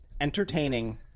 entertaining